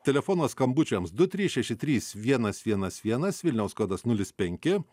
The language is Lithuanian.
telefono skambučiams du trys šeši trys vienas vienas vienas vilniaus kodas nulis penki